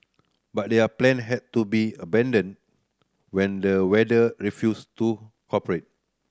but their plan had to be abandoned when the weather refused to cooperate